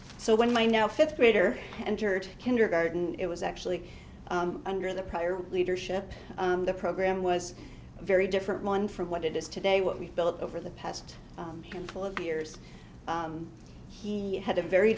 so when my now fifth grader entered kindergarten it was actually under the prior leadership the program was a very different one from what it is today what we've built over the past couple of years he had a very